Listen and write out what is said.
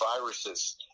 Viruses